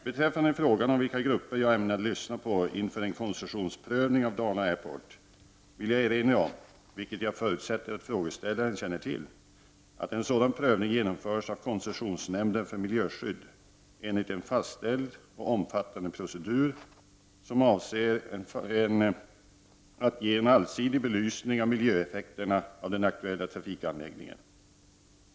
Beträffande frågan om vilka grupper jag ämnar lyssna på inför en konces sionsprövning av Dala Airport vill jag erinra om, vilket jag förutsätter att frågeställaren känner till, att en sådan prövning genomförs av koncessionsnämnden för miljöskydd enligt en fastställd och omfattande procedur som avser att ge allsidig belysning av miljöeffekterna av den aktuella trafikanläggningen.